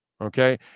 okay